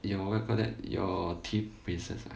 your what you call that your teeth braces ah